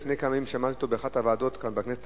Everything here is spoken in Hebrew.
לפני כמה ימים שמעתי אותו באחת הוועדות כאן בכנסת,